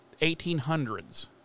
1800s